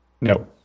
No